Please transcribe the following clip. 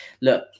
look